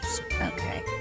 Okay